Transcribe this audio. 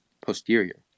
posterior